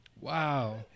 Wow